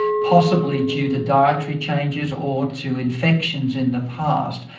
possibly due to dietary changes or to infections in the past,